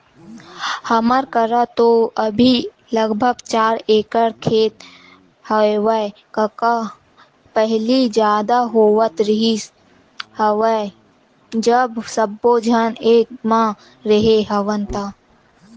हमर करा तो अभी लगभग चार एकड़ खेत हेवय कका पहिली जादा होवत रिहिस हवय जब सब्बो झन एक म रेहे हवन ता